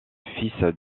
fils